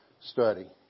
study